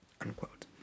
Unquote